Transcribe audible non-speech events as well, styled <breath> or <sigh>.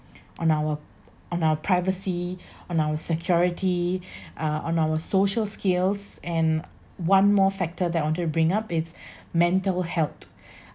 on our on our privacy on our security <breath> uh on our social skills and one more factor that I want to bring up it's <breath> mental health